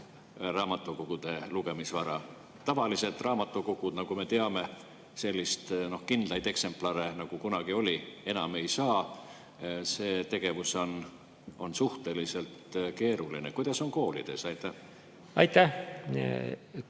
raamatukogude lugemisvara. Tavalised raamatukogud, nagu me teame, selliseid kindlaid eksemplare, nagu kunagi oli, enam ei saa. See tegevus on suhteliselt keeruline. Kuidas on koolides? Suur